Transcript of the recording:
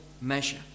measure